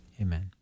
amen